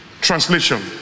translation